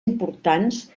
importants